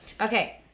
okay